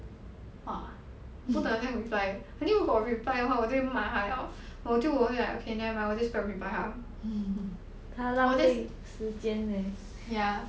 ah 不懂有那个 reply actually 如果我 reply 的话我就会骂他 liao 我就我就 like okay nevermind 我 just 不要 reply 他 unless ya